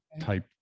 type